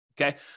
okay